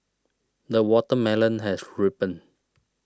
the watermelon has ripened